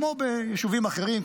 כמו ביישובים אחרים,